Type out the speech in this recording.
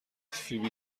فیبی